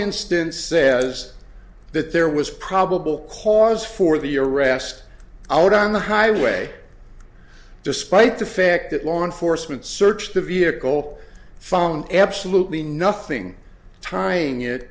instance says that there was probable cause for the arrest out on the highway despite the fact that law enforcement searched the vehicle found absolutely nothing timing it